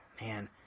man